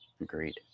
agreed